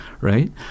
Right